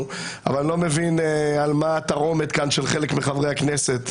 אבל אני לא מבין על מה התרעומת כאן של חלק מחברי הכנסת.